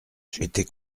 j’étais